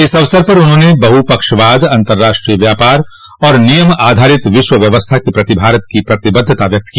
इस अवसर पर उन्होंने बहुपक्षवाद अतंर्राष्ट्रीय व्यापार और नियम आधारित विश्व व्यवस्था के प्रति भारत की प्रतिबद्धता जताई